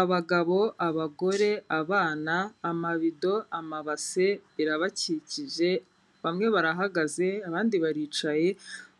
Abagabo, abagore, abana, amabido, amabase, birabakikije, bamwe barahagaze abandi baricaye